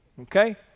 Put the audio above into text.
Okay